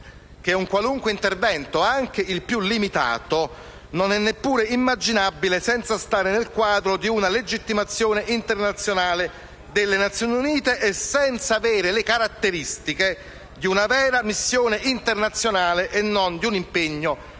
che un qualunque intervento, anche il più limitato, non è neppure immaginabile fuori dal quadro di una legittimazione internazionale delle Nazioni Unite e privo delle caratteristiche di una vera missione internazionale e non di un impegno essenzialmente